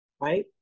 right